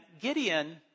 Gideon